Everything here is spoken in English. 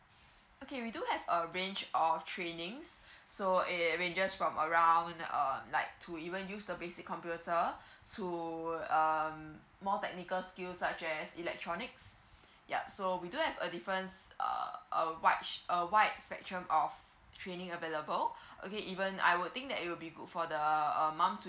okay we do have a range of trainings so it ranges from around um like to even use the basic computer to um more technical skill such as electronics yup so we do have a difference err a wide a wide spectrum of training available okay even I would think that it will good for the err mom to